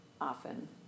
often